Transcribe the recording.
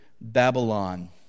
Babylon